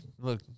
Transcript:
Look